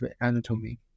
anatomy